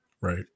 Right